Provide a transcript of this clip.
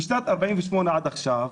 משנת 48 עד עכשיו,